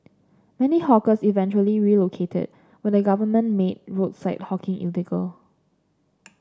many hawkers eventually relocated when the government made roadside hawking illegal